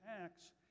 Acts